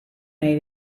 nei